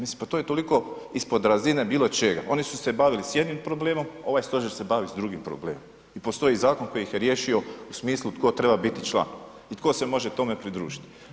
Mislim, pa to je toliko ispod razine bilo čega, oni su se bavili s jednim problemom, ovaj Stožer se bavi s drugim problemom i postoji zakon koji ih je riješio u smislu tko treba biti član i tko se može tome pridružiti.